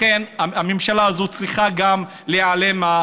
לכן, הממשלה הזאת צריכה גם להיעלם.